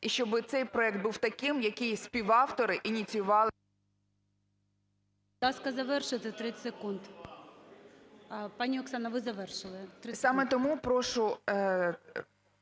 і щоби цей проект був таким, який співавтори ініціювали…